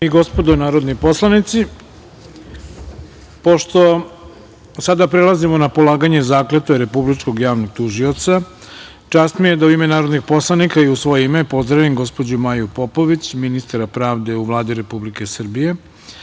i gospodo narodni poslanici, pošto sada prelazimo na polaganje Zakletve Republičkog javnog tužioca, čast mi je da u ime narodnih poslanika i u svoje ime pozdravim gospođu Maju Popović, ministra pravde u Vladi Republike Srbije,